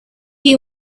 you